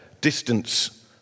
distance